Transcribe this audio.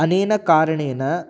अनेन कारणेन